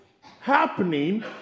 happening